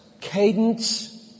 cadence